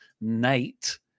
Nate